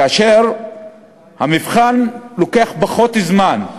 כאשר המבחן לוקח פחות זמן,